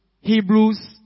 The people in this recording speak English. Hebrews